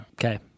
Okay